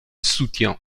soutien